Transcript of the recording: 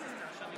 התש"ף 2020,